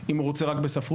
אם הוא רוצה רק בספרות.